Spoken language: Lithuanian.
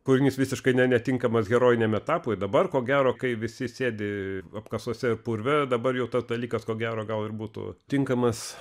kūrinys visiškai netinkamas herojiniam etapui dabar ko gero kai visi sėdi apkasuose ir purve dabar jau tas dalykas ko gero gal ir būtų tinkamas